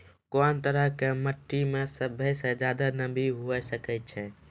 कोन तरहो के मट्टी मे सभ्भे से ज्यादे नमी हुये सकै छै?